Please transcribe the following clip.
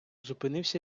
зупинився